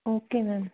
okay ma'am